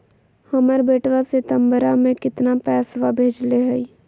हमर बेटवा सितंबरा में कितना पैसवा भेजले हई?